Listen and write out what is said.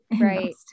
right